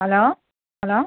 hello hello